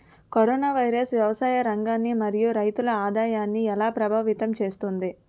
Corona virus వ్యవసాయ రంగాన్ని మరియు రైతుల ఆదాయాన్ని ఎలా ప్రభావితం చేస్తుంది?